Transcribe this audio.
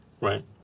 Right